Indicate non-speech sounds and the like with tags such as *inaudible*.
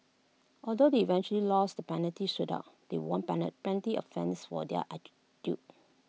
although they eventually lost the penalty shootout they won *unintelligible* plenty of fans for their attitude